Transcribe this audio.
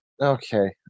okay